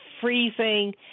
freezing